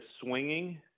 swinging